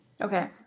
okay